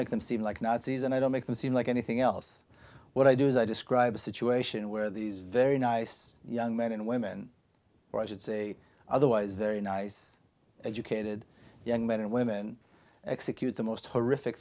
make them seem like nazis and i don't make them seem like anything else what i do is i describe a situation where these very nice young men and women or i should say otherwise very nice educated young men and women execute the most horrific